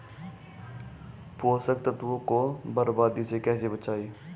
पोषक तत्वों को बर्बादी से कैसे बचाएं?